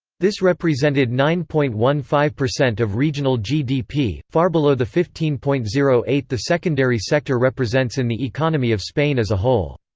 this represented nine point one five percent of regional gdp, far below the fifteen point zero eight the secondary sector represents in the economy of spain as a whole.